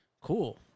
cool